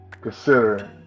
consider